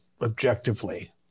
objectively